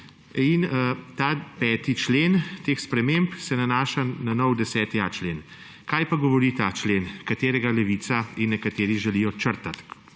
in ta 5. člen teh sprememb se nanaša na novi 10.a člen. Kaj pa govori ta člen, katerega Levica in nekateri želijo črtati?